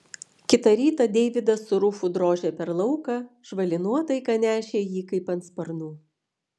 kitą rytą deividas su rufu drožė per lauką žvali nuotaika nešė jį kaip ant sparnų